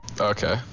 okay